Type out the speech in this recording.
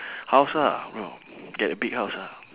house ah bro get a big house ah